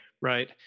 right